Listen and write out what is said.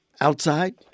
outside